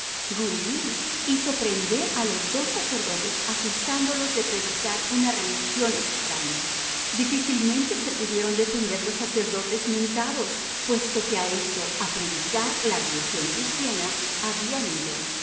gu ly hizo prender a los dos sacerdotes acusándolos de predicar una religión extraña difícilmente se pudieron defender los sacerdotes mentados puesto que a eso a predicar la religión cristiana habían ido